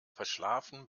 verschlafen